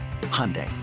Hyundai